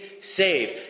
saved